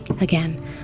Again